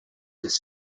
this